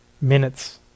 minutes